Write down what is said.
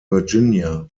virginia